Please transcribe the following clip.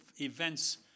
events